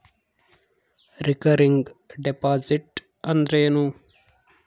Recurring deposit ಅಂದರೇನು?